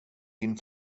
din